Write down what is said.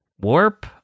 warp